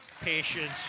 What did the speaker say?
patience